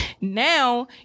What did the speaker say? Now